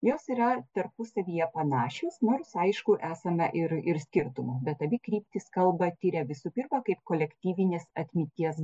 jos yra tarpusavyje panašios nors aišku esama ir ir skirtumų bet abi kryptis kalbą tiria visų pirma kaip kolektyvinės atminties